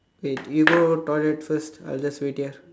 okay you go toilet first I'll wait here